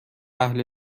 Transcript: اهل